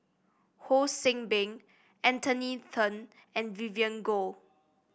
Ho See Beng Anthony Then and Vivien Goh